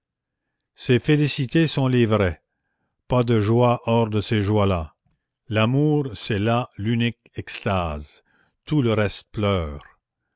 félicités sont les vraies pas de joie hors de ces joies là l'amour c'est là l'unique extase tout le reste pleure